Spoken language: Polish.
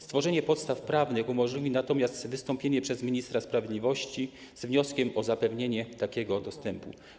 Stworzenie podstaw prawnych umożliwi natomiast wystąpienie przez ministra sprawiedliwości z wnioskiem o zapewnienie im takiego dostępu.